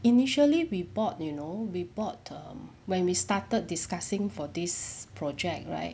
initially we bought you know we bought err when we started discussing for this project right